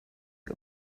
you